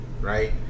right